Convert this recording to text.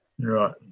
Right